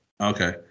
okay